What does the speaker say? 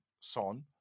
Son